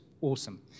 awesome